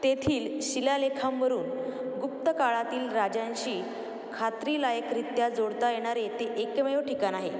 तेथील शिलालेखांवरून गुप्त काळातील राजांशी खात्रीलायकरीत्या जोडता येणारे ते एकमेव ठिकाण आहे